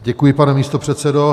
Děkuji, pane místopředsedo.